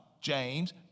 James